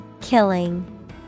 Killing